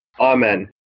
Amen